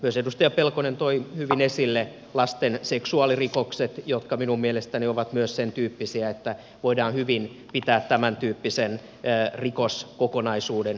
myös edustaja pelkonen toi hyvin esille lasten seksuaalirikokset jotka minun mielestäni ovat myös sen tyyppisiä että ne voidaan hyvin pitää tämän tyyppisen rikoskokonaisuuden sisällä